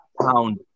pound